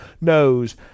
Knows